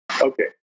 Okay